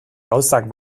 gauzak